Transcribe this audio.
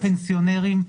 גם פנסיונרים,